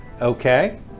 Okay